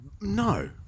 No